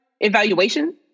evaluation